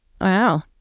Wow